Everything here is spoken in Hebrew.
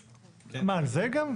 מה, על זה גם?